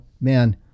man